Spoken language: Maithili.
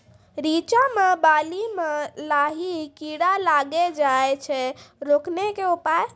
रिचा मे बाली मैं लाही कीड़ा लागी जाए छै रोकने के उपाय?